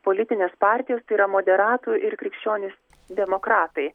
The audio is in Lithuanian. politinės partijos tai yra moderatų ir krikščionys demokratai